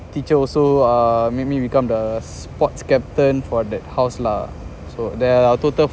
teacher also uh made me become the sports captain for the house lah so there are a total